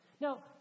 Now